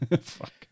Fuck